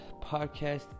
podcast